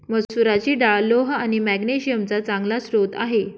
मसुराची डाळ लोह आणि मॅग्नेशिअम चा चांगला स्रोत आहे